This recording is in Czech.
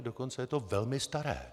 Dokonce je to velmi staré.